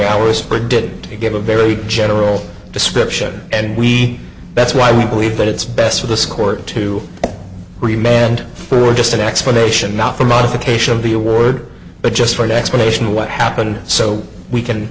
hours or did they give a very general description and we that's why we believe that it's best for this court to remain and for just an explanation not a modification of the word but just for an explanation of what happened so we can